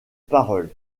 parole